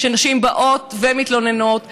שנשים באות ומתלוננות עליו,